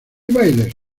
bailes